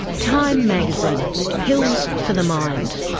time magazine pills for the mind.